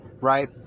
right